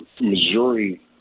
Missouri